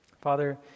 Father